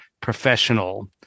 professional